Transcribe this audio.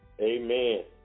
Amen